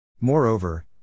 Moreover